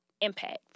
impact